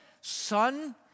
Son